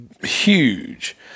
huge